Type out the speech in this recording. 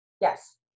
Yes